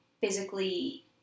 physically